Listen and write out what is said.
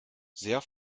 sehr